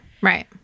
Right